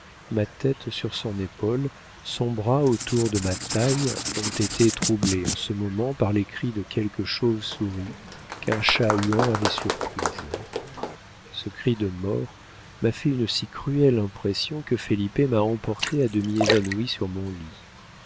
ma tête sur son épaule son bras autour de ma taille ont été troublées en ce moment par les cris de quelque chauve-souris qu'un chat-huant avait surprise ce cri de mort m'a fait une si cruelle impression que felipe m'a emportée à demi évanouie sur mon lit